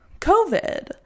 COVID